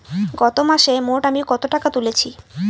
গত মাসে মোট আমি কত টাকা তুলেছি?